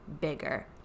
bigger